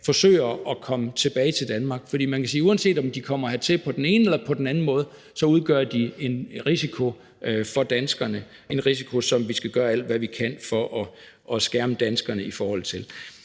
forsøger at komme tilbage til Danmark. For man kan sige, at uanset om de kommer hertil på den ene eller på den anden måde, udgør de en risiko for danskerne – en risiko, som vi skal gøre alt, hvad vi kan, for at skærme danskerne mod.